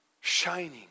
shining